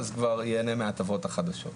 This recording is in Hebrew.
אז כבר ייהנה מההטבות החדשות.